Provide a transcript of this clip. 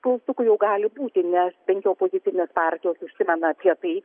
klaustukų jau gali būti nes bent jau opozicinės partijos užsimena apie tai